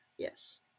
Yes